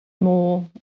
more